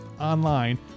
online